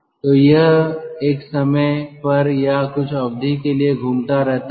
तो यह एक समय पर या कुछ अवधि के लिए घूमता रहता है